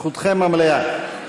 זכותכם המלאה.